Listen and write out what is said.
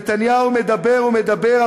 נתניהו מדבר ומדבר,